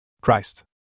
Christ